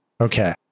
Okay